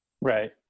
Right